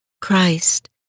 Christ